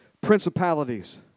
Principalities